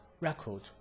record